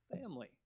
family